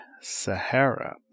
Sahara